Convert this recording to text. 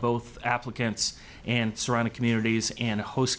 both applicants and surrounding communities and host